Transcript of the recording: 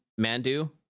Mandu